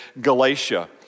Galatia